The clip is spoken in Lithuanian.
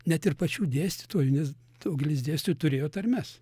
net ir pačių dėstytojų nes nes daugelis dėstytojų turėjo tarmes